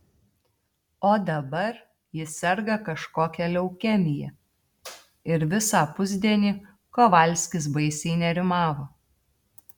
o dabar ji serga kažkokia leukemija ir visą pusdienį kovalskis baisiai nerimavo